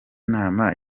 nama